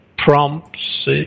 prompts